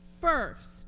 first